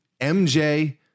MJ